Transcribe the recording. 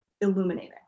Illuminating